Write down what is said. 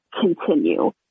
continue